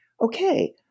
Okay